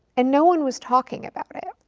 and no one was talking about it.